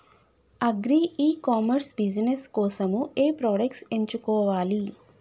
Agri e commerce business కోసము ఏ products ఎంచుకోవాలి?